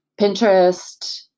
Pinterest